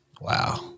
Wow